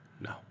No